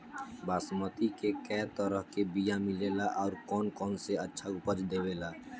बासमती के कै तरह के बीया मिलेला आउर कौन सबसे अच्छा उपज देवेला?